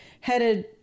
headed